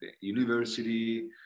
university